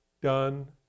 done